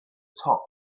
top